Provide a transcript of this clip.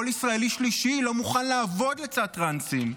כל ישראלי שלישי לא מוכן לעבוד לצד טרנסים.